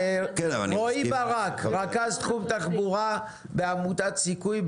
רועי ברק, רכז תחום תחבורה בעמותת סיכוי,